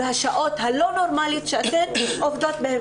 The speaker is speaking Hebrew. ועל השעות הלא נורמליות שהן עובדות בהן,